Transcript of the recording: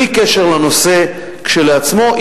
בלי קשר לנושא כשלעצמו,